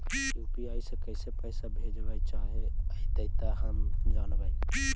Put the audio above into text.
UPI से कैसे पैसा भेजबय चाहें अइतय जे हम जानबय?